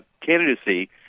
candidacy